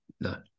No